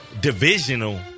divisional